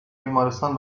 بیمارستان